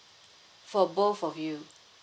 for both of you